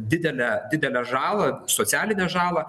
didelę didelę žalą socialinę žalą